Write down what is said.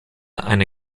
eine